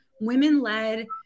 women-led